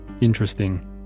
Interesting